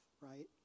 right